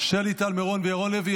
שלי טל מרון וירון לוי.